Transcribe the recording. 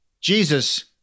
Jesus